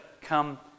come